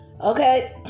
okay